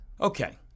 Okay